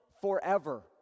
forever